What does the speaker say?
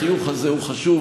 החיוך הזה הוא חשוב,